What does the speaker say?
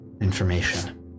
information